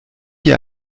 hier